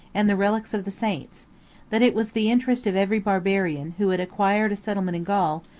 and the relics of the saints that it was the interest of every barbarian, who had acquired a settlement in gaul,